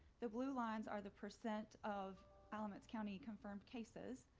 the blue lines are the percent of alaance county confirmed cases.